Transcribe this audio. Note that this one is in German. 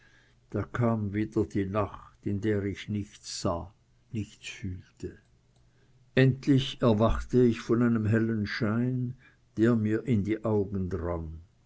da kam wieder die nacht in der ich nichts sah nichts fühlte endlich erwachte ich von einem hellen schein der mir in die augen drang